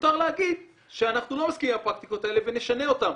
ומותר להגיד שאנחנו לא מסכימים עם הפרקטיקות האלה ונשנה אותן.